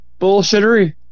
bullshittery